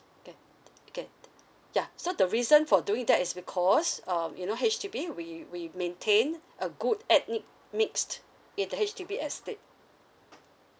okay okay ya so the reason for doing that is because um you know H_D_B we we maintain a good ethnic mixed in the H_D_B estate